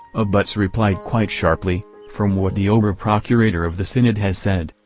ah but replied quite sharply from what the ober-procurator of the synod has said,